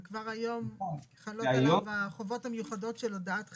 וכבר היום חלות עליו החובות המיוחדות של הודעת חירום.